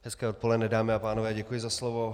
Hezké odpoledne, dámy a pánové, děkuji za slovo.